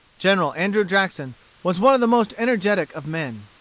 general andrew jackson was one of the most energetic of men.